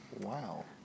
Wow